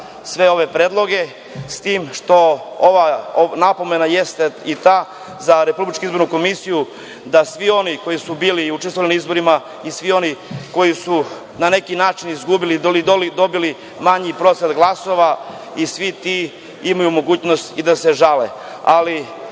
sve ove predloge, s tim što napomena jeste i ta, za RIK da svi oni koji su bili i učestvovali na izborima i svi oni koji su na neki način izgubili ili dobili manji procenat glasova i svi ti imaju mogućnost i da se žale,